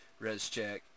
ResCheck